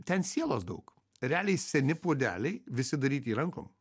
ten sielos daug realiai seni puodeliai visi daryti rankom